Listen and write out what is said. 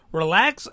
relax